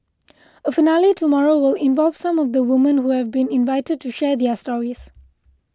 a finale tomorrow will involve some of the women who have been invited to share their stories